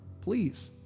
Please